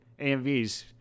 AMVs